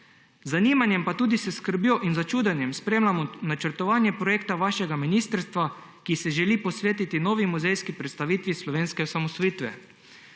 zanimanjem, pa tudi s skrbjo in začudenjem, spremljamo načrtovanje projekta vašega ministrstva, ki se želi posvetiti novi muzejski predstavitvi slovenske osamosvojitve.